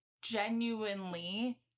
genuinely